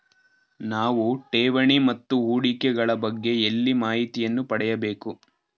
ನಾವು ಠೇವಣಿ ಮತ್ತು ಹೂಡಿಕೆ ಗಳ ಬಗ್ಗೆ ಎಲ್ಲಿ ಮಾಹಿತಿಯನ್ನು ಪಡೆಯಬೇಕು?